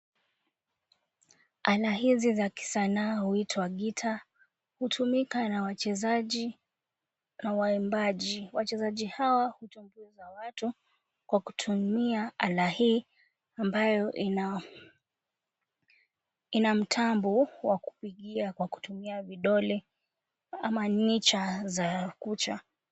Aina hizi za kisanaa huitwa gita. Hutumika na wachezaji na waimbaji. Wachezaji hawa hutumbuiza watu kwa kutumia ala hii ambayo ina mtambo wa kupigia kwa kutumia vidole ama ncha za kucha.